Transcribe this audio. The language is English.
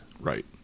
Right